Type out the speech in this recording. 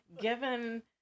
Given